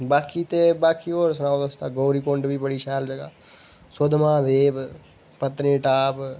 ते बाकी बाकी होर सनाओ तुस गौरीकुंड बी शैल जैहा ऐ सुद्धमहादेव पत्नीटॉप